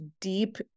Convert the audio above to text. deep